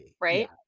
right